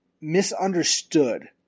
misunderstood